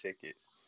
tickets